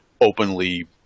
openly